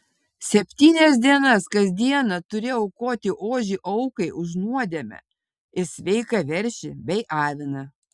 septynias dienas kas dieną turi aukoti ožį aukai už nuodėmę ir sveiką veršį bei aviną